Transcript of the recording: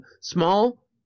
small